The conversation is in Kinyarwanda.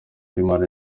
imana